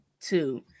two